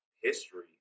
history